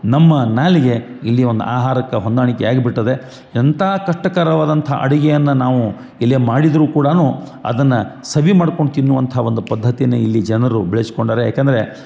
ನಮ್ಮ ನಾಲಿಗೆ ಇಲ್ಲಿ ಒಂದು ಆಹಾರಕ್ಕ ಹೊಂದಾಣಿಕೆ ಆಗ್ಬಿಟ್ಟದೆ ಎಂತ ಕಷ್ಟಕರವಾದಂಥ ಅಡಿಗೆಯನ್ನು ನಾವು ಇಲ್ಲೆ ಮಾಡಿದ್ದರೂ ಕೂಡ ಅದನ್ನು ಸವಿ ಮಾಡ್ಕೊಂಡು ತಿನ್ನುವಂಥ ಒಂದು ಪದ್ಧತಿಯನ್ನು ಇಲ್ಲಿ ಜನರು ಬೆಳಸ್ಕೊಂಡಾರೆ ಯಾಕೆಂದರೆ